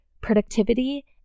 productivity